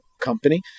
company